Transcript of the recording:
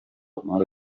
amahoro